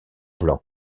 blanc